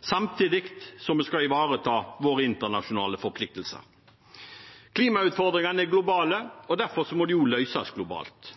samtidig som vi skal ivareta våre internasjonale forpliktelser. Klimautfordringene er globale, og derfor må de også løses globalt.